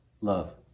love